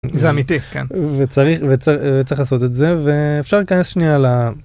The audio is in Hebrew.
זה אמיתי, כן. וצריך וצריך לעשות את זה ואפשר להיכנס שנייה.